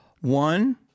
One